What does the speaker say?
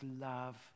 love